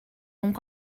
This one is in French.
donc